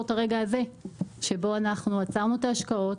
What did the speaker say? את הרגע הזה שבו אנחנו עצרנו את ההשקעות,